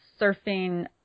surfing